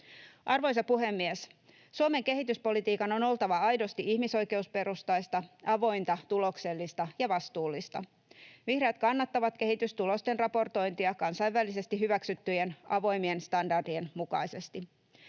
Arvoisa puhemies! Suomen kehityspolitiikan on oltava aidosti ihmisoikeusperustaista, avointa, tuloksellista ja vastuullista. Vihreät kannattavat kehitystulosten raportointia kansainvälisesti hyväksyttyjen avoimien standardien mukaisesti.